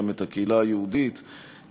גם את הקהילה היהודית במקום,